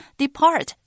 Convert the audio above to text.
depart